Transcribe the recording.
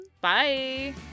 bye